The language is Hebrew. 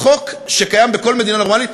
חוק שקיים בכל מדינה נורמלית,